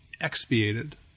expiated